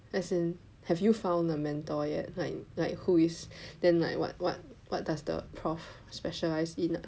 as in have you found a mentor yet like like who is then like what what what does the prof specialise in lah